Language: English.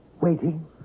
Waiting